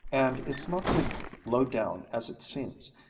and it's not so low-down as it seems,